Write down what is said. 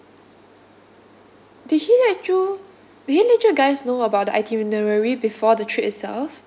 did he let you did he let you guys know about the itinerary before the trip itself